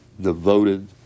devoted